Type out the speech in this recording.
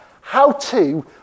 how-to